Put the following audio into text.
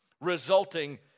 resulting